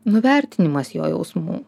nuvertinimas jo jausmų